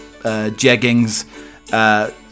jeggings